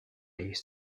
les